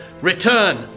Return